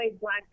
black